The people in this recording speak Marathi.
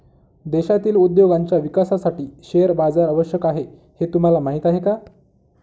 देशातील उद्योगांच्या विकासासाठी शेअर बाजार आवश्यक आहे हे तुम्हाला माहीत आहे का?